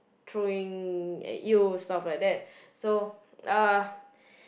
throwing at you stuff like that so uh